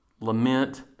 lament